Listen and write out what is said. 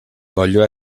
voglio